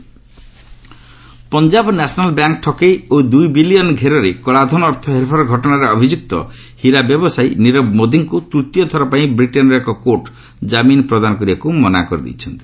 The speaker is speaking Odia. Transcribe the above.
UK Nirav Modi Punjab National Bank ଠକେଇ ଓ ଦୁଇ ବିଲିୟନ ଘେରରେ କଳାଧନ ଅର୍ଥ ହେରଫେର ଘଟଣାରେ ଅଭିଯୁକ୍ତ ହୀରା ବ୍ୟବସାୟୀ ନୀରବ ମୋଦିକୁ ତୃତୀୟ ଥର ପାଇଁ ବ୍ରିଟେନର ଏକ କୋର୍ଟ ଜାମିନ ପ୍ରଦାନ କରିବାକୁ ମନାକରିଦେଇଛନ୍ତି